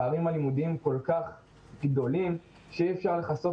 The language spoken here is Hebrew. הפערים הלימודיים כל כך גדולים שאי אפשר לכסות